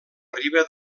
riba